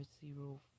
zero